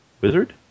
wizard